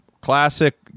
Classic